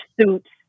suits